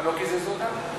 מה, לא קיזזו אתה?